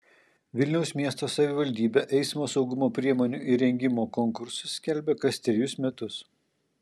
vilniaus miesto savivaldybė eismo saugumo priemonių įrengimo konkursus skelbia kas trejus metus